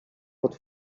pod